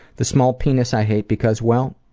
the small penis i hate because, well,